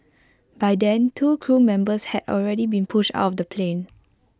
by then two crew members had already been pushed out of the plane